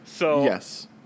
yes